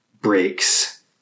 breaks